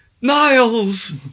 Niles